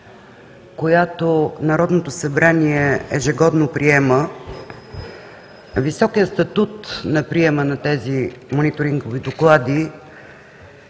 която Народното събрание ежегодно приема. Високият статут на приема на тези мониторингови доклади